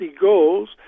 goals